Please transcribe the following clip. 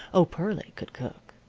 oh, pearlie could cook!